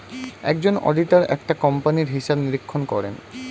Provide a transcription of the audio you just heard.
একজন অডিটর একটা কোম্পানির হিসাব নিরীক্ষণ করেন